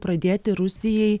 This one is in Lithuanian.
pradėti rusijai